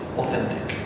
authentic